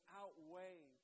outweigh